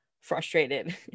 frustrated